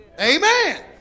Amen